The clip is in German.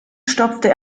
stopfte